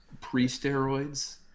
pre-steroids